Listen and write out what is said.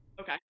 Okay